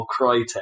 Crytek